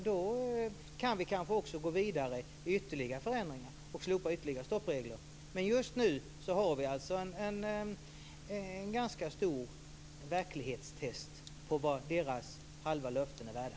Då kan vi kanske gå vidare med ytterligare förändringar och slopa ytterligare stoppregler. Men just nu pågår ett ganska stort verklighetstest av vad de halva löftena är värda.